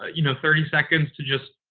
you know, thirty seconds to just.